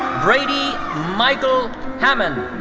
brady meikle hammond.